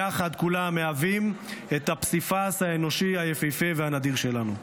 יחד כולם מהווים את הפסיפס האנושי היפהפה והנדיר שלנו.